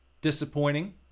Disappointing